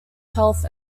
health